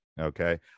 Okay